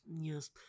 yes